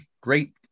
great